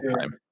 time